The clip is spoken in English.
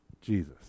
Jesus